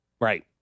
Right